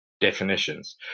definitions